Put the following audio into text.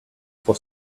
for